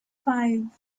five